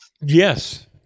Yes